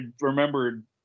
remembered